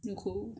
如果